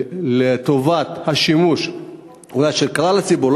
לטובת השימוש של כלל הציבור.